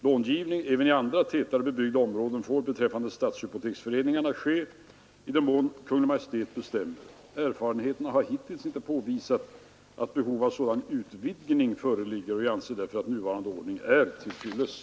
Långivning även i andra tätare bebyggda områden får beträffande stadshypoteksförening arna ske i den mån Kungl. Maj:t bestämmer. Erfarenheterna har hittills inte påvisat att behov av sådan utvidgning föreligger. Jag anser därför att nuvarande ordning är till fyllest.